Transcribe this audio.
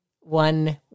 one